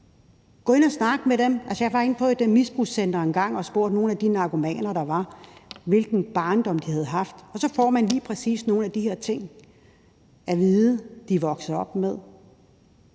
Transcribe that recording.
gå ind og snakke med. Jeg var inde på et misbrugscenter engang og spurgte nogle af de narkomaner, der var, hvilken barndom de havde haft, og så får man lige præcis nogle af de her ting, de er vokset op med,